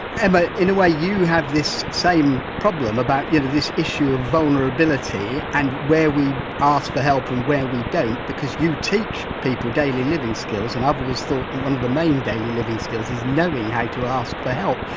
emma in a way you have this same problem about you know this issue of vulnerability and where we ask for help and where we don't, because you teach people daily living skills! and i've always thought one of the main daily living skills is knowing, how to ask for help.